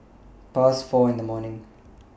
Past four in The morning